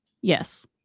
Yes